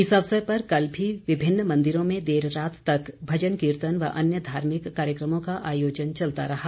इस अवसर पर कल भी विभिन्न मन्दिरों में देर रात तक भजन कीर्तन व अन्य धार्मिक कार्यक्रमों का आयोजन चलता रहा